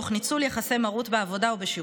תוך ניצול יחסי מרות בעבודה או בשירות.